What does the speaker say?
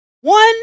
One